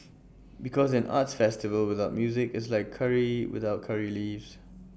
because an arts festival without music is like Curry without Curry leaves